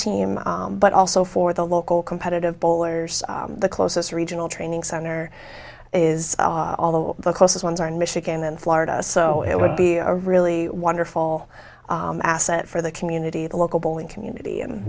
team but also for the local competitive bowlers the closest regional training center is although the closest ones are in michigan and florida so it would be a really wonderful asset for the community the local bowling community and